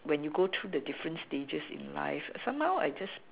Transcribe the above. when you got through the different stages in life somehow I just